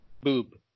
Boob